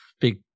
big